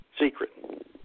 secret